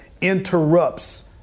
interrupts